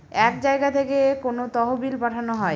এক জায়গা থেকে কোনো তহবিল পাঠানো হয়